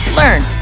learn